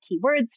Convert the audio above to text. keywords